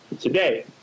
today